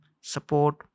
support